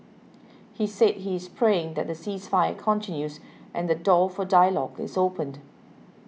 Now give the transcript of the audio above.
he said he is praying that the ceasefire continues and the door for dialogue is opened